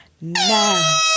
now